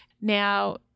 Now